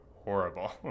horrible